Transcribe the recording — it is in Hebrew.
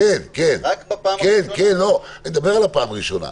כן, אני מדבר על הפעם הראשונה.